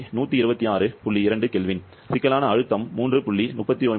2 K சிக்கலான அழுத்தம் 3